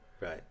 right